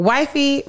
Wifey